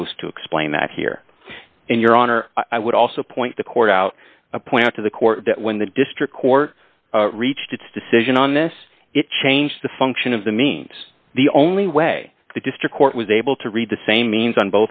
close to explain that here and your honor i would also point the court out a point to the court that when the district court reached its decision on this it changed the function of the means the only way the district court was able to read the same means on